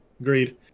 Agreed